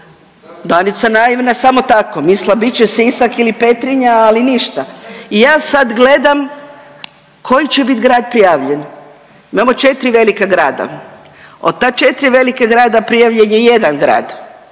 Danica naivna samo tako, mislila bit će Sisak ili Petrinja, ali ništa i ja sad gledam koji će bit grad prijavljen, imamo 4 velika grada, od ta 4 velika grada prijavljen je jedan grad,